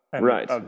Right